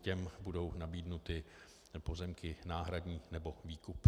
Těm budou nabídnuty pozemky náhradní nebo výkup.